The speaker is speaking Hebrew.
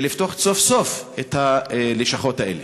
כדי לפתוח סוף-סוף את הלשכות האלה?